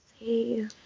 See